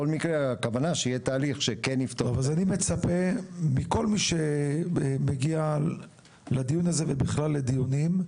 אז אני מצפה מכל מי שמגיע לדיון הזה ובכלל לדיונים,